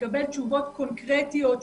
לקבל תשובות קונקרטיות,